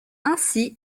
ainsi